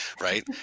right